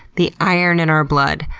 the iron in our blood,